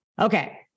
Okay